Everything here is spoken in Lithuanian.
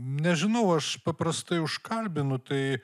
nežinau aš paprastai užkalbinu tai